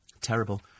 Terrible